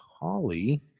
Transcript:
Holly